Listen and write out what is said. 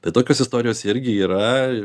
bet tokios istorijos irgi yra